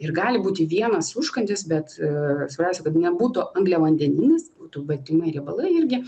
ir gali būti vienas užkandis bet svarbiausia kad nebūtų angliavandeninis būtų baltymai riebalai irgi